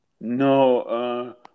No